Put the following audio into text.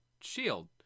shield